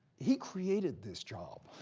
he created this job